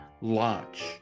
launch